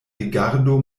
rigardo